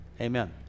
amen